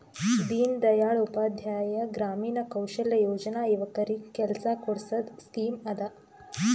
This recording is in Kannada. ದೀನ್ ದಯಾಳ್ ಉಪಾಧ್ಯಾಯ ಗ್ರಾಮೀಣ ಕೌಶಲ್ಯ ಯೋಜನಾ ಯುವಕರಿಗ್ ಕೆಲ್ಸಾ ಕೊಡ್ಸದ್ ಸ್ಕೀಮ್ ಅದಾ